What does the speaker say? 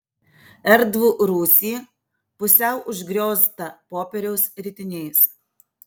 erdvų rūsį pusiau užgrioztą popieriaus ritiniais